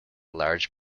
large